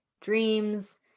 dreams